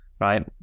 right